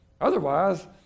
Otherwise